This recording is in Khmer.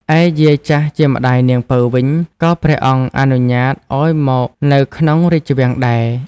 ឯយាយ ចាស់ជាម្ដាយនាងពៅវិញ ក៏ព្រះអង្គអនុញ្ញាតឱ្យមកនៅក្នុងរាជវាំងដែរ។